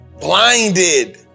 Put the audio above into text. blinded